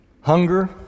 hunger